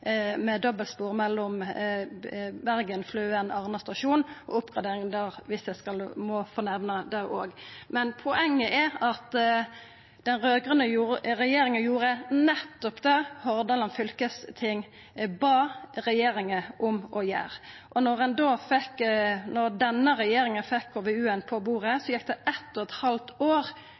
med dobbeltspor på strekninga Bergen–Fløen–Arna stasjon og oppgradering der, som eg også må nemna. Men poenget er at den raud-grøne regjeringa gjorde nettopp det Hordaland fylkesting bad regjeringa om å gjera. Da denne regjeringa fekk KVU-en på bordet, gjekk det eitt og eit halvt år